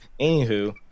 Anywho